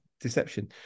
Deception